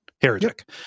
Heretic